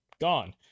Gone